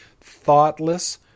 thoughtless